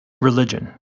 Religion